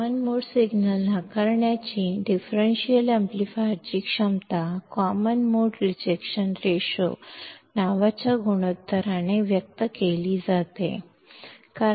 common mode signal ಅನ್ನು ಅನ್ನು ತಿರಸ್ಕರಿಸುವ ಡಿಫರೆನ್ಷಿಯಲ್ ಆಂಪ್ಲಿಫೈಯರ್ನ ಸಾಮರ್ಥ್ಯವನ್ನು ಕಾಮನ್ ಮೋಡ್ ರಿಜೆಕ್ಷನ್ ರೇಷ್ಯೋ ಎಂಬ ಅನುಪಾತದಿಂದ ವ್ಯಕ್ತಪಡಿಸಲಾಗುತ್ತದೆ